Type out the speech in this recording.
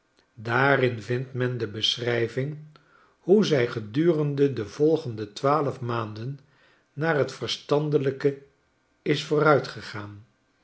daarin vindt men de beschrijving hoe zij gedurende de volgende twaalf maanden naar t verstandelijke is vooruitgegaan